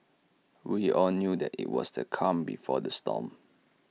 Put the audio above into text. we all knew that IT was the calm before the storm